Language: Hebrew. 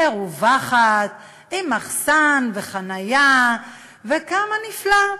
מרווחת, עם מחסן וחנייה, וכמה נפלא.